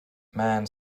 man